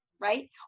Right